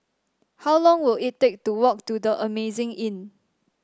how long will it take to walk to The Amazing Inn